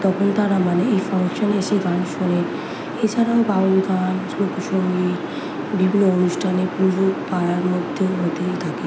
তখন তারা মানে এই ফাংশনে এসে গান শোনেন এছাড়াও বাউল গান লোকসঙ্গীত বিভিন্ন অনুষ্ঠানে পুজো পাড়ার মধ্যে হতেই থাকে